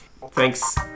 Thanks